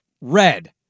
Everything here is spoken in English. red